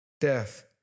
death